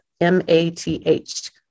M-A-T-H